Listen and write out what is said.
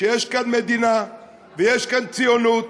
שיש כאן מדינה ויש כאן ציונות